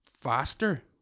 faster